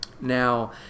Now